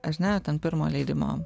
ar ne ten pirmo leidimo